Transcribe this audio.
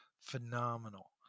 phenomenal